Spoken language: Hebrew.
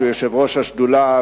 שהוא יושב-ראש השדולה,